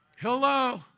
Hello